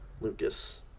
Lucas